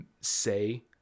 say